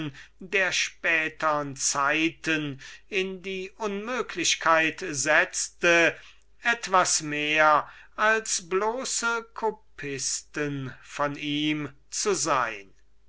der spätern zeiten in die unmöglichkeit setzte etwas mehr als bloße kopisten von ihm zu sein